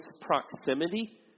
proximity